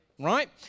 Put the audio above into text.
right